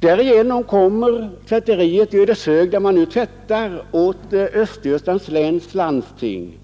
Därigenom kommer tvätteriet i Ödeshög, där man nu tvättar åt Östergötlands läns landsting —